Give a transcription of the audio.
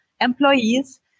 employees